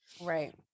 Right